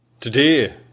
Today